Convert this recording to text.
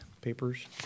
papers